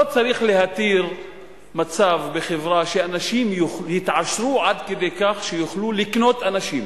לא צריך להתיר בחברה מצב שאנשים יתעשרו עד כדי כך שיוכלו לקנות אנשים,